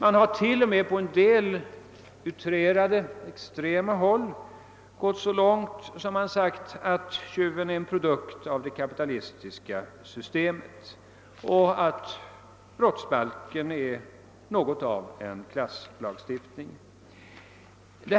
På en del utrerade, extrema håll har man t.o.m. gått så långt att man sagt att tjuven är en produkt av det kapitalistiska systemet och att brottsbalken är något av en klasslagstiftning.